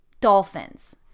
Dolphins